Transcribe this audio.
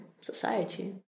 society